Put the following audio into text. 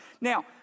Now